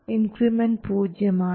increment പൂജ്യമാണ്